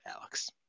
Alex